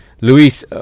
luis